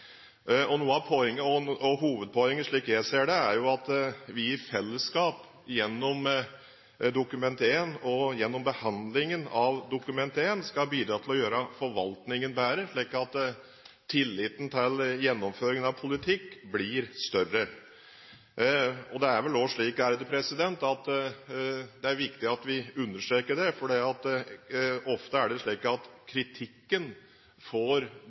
gjennom behandlingen av Dokument 1 skal bidra til å gjøre forvaltningen bedre, slik at tilliten til gjennomføringen av politikk blir større. Det er vel også viktig at vi understreker det, for ofte er det slik at kritikken får de største overskriftene, mens det som er i orden, svært ofte får mindre spalteplass i avisene. Jeg er derfor glad for det som har blitt sagt fra flere representanter, at